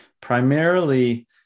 Primarily